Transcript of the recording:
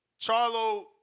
Charlo